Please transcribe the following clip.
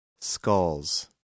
skulls